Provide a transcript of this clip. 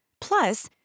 Plus